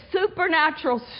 supernatural